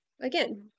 again